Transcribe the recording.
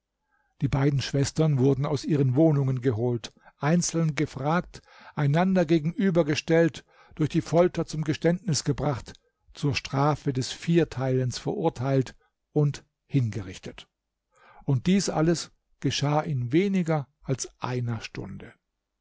die beiden schwestern wurden aus ihren wohnungen geholt einzeln gefragt einander gegenüber gestellt durch die folter zum geständnis gebracht zur strafe des vierteilens verurteilt und hingerichtet und dies alles geschah in weniger als einer stunde